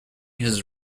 his